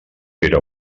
era